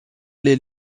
les